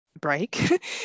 break